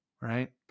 right